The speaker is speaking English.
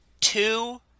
Two